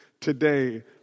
today